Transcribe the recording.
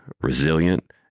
resilient